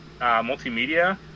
multimedia